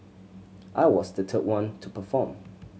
I was the third one to perform